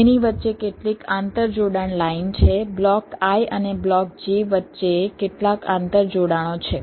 એની વચ્ચે કેટલી આંતરજોડાણ લાઇન છે બ્લોક i અને બ્લોક j વચ્ચે કેટલા આંતરજોડાણો છે